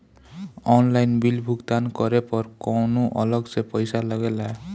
Online bill भुगतान करे पर कौनो अलग से पईसा लगेला?